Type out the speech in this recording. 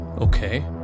Okay